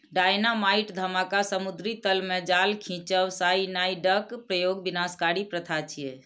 dynamite धमाका, समुद्री तल मे जाल खींचब, साइनाइडक प्रयोग विनाशकारी प्रथा छियै